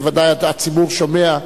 בוודאי הציבור שומע,